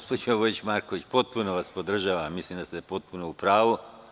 Gospođo Vojić Marković, potpuno vas podržavam, mislim da ste potpuno u pravu.